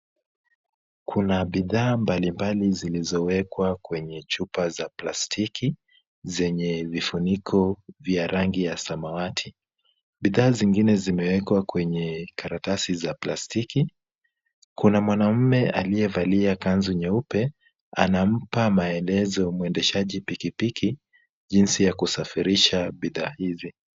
Kuna bidhaa mbalimbali zilizowekwa kwenye chupa za plastiki, zenye vifuniko vya rangi ya samawati. Bidhaa zingine zimewekwa kwenye karatasi za plastiki. Kuna mwanaume aliyevalia kanzu nyeupe, anampa maelezo mwendeshaji pikipiki, jinsi ya kusafirisha bidhaa hizi.